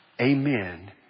amen